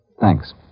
Thanks